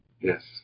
Yes